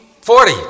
Forty